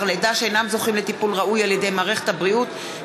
לידה שאינה זוכה לטיפול ראוי על-ידי מערכת הבריאות,